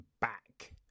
back